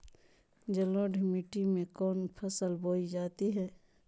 जलोढ़ मिट्टी में कौन फसल बोई जाती हैं?